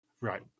Right